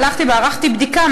הלכתי וערכתי בדיקה,